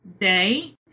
day